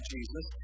Jesus